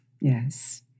Yes